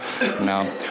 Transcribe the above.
No